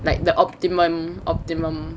like the optimum optimum